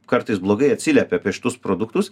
kartais blogai atsiliepia apie šitus produktus